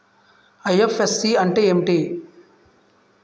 IFSC అంటే ఏమిటి?